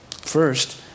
first